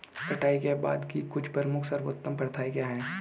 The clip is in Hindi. कटाई के बाद की कुछ प्रमुख सर्वोत्तम प्रथाएं क्या हैं?